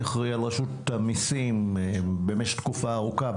אחראי על רשות המיסים במשך תקופה ארוכה,